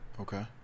okay